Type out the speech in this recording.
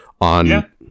on